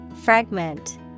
fragment